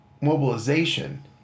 mobilization